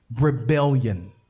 Rebellion